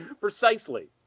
Precisely